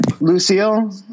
Lucille